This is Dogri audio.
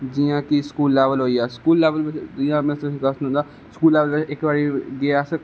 जि'यां कि स्कूल लेबल जि'यां में तुसें गी गल्ल सनाना स्कूलें कन्नै इक बारी गे अस